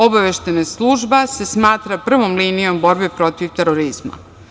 Obaveštajna služba se smatra prvom linijom borbe protiv terorizma.